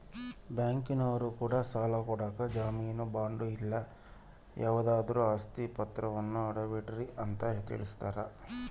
ಬ್ಯಾಂಕಿನರೊ ಕೂಡ ಸಾಲ ಕೊಡಕ ಜಾಮೀನು ಬಾಂಡು ಇಲ್ಲ ಯಾವುದಾದ್ರು ಆಸ್ತಿ ಪಾತ್ರವನ್ನ ಅಡವಿಡ್ರಿ ಅಂತ ತಿಳಿಸ್ತಾರ